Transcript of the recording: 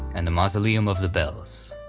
and the mausoleum of the bells.